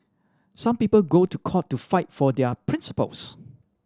some people go to court to fight for their principles